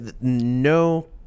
no